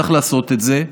צריך לעשות את זה,